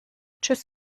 tschüss